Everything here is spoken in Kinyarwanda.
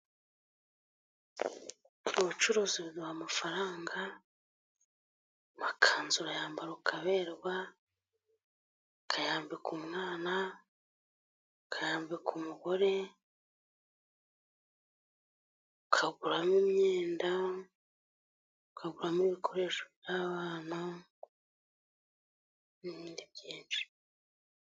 Ubucuruzi buduha amafaranga, amakanzu urayambara ukaberwa, ukayambika umwana, ukayambika umugore, ukaguramo imyenda, ukaguramo ibikoresho by'abana n'ibindi byinshi.